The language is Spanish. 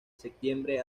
septiembre